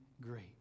great